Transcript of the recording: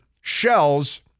shells